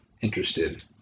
interested